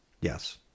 Yes